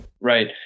Right